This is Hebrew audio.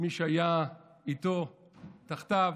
מי שהיה איתו, תחתיו,